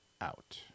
out